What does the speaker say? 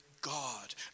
god